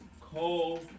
Cole